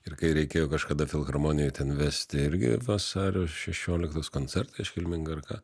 ir kai reikėjo kažkada filharmonijoj ten vesti irgi vasario šešioliktos koncertą iškilmingą ar ką